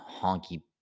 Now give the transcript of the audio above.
honky